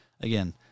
Again